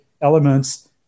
elements